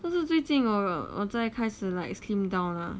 但是最近 hor 我再开始 like slimmed down lah